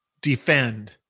defend